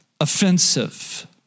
offensive